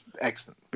excellent